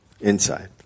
Inside